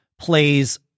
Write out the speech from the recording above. plays